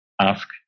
ask